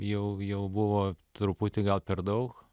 jau jau buvo truputį gal per daug